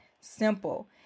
simple